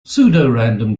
pseudorandom